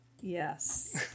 Yes